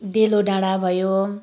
डेलो डाँडा भयो